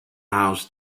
house